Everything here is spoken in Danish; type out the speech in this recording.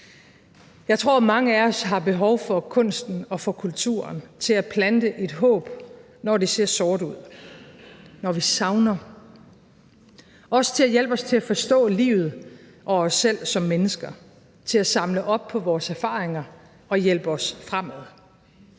Jeg tror, mange af os har behov for kunsten og for kulturen til at plante et håb, når det ser sort ud, og når vi savner – også til at hjælpe os til at forstå livet og os selv som mennesker og til at samle op på vores erfaringer og hjælpe os fremad.